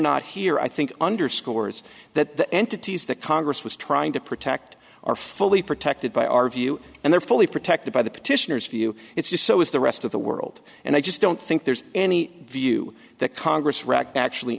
not here i think underscores that entities that congress was trying to protect are fully protected by our view and they're fully protected by the petitioners view it's just so is the rest of the world and i just don't think there's any view that congress racked actually